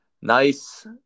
Nice